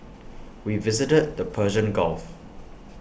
we visited the Persian gulf